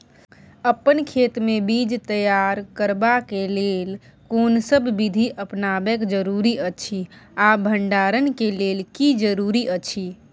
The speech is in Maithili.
अपन खेत मे बीज तैयार करबाक के लेल कोनसब बीधी अपनाबैक जरूरी अछि आ भंडारण के लेल की जरूरी अछि?